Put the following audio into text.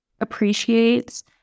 appreciates